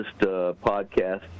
podcast